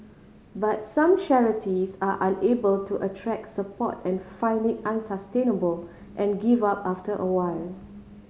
but some charities are unable to attract support and find it unsustainable and give up after a while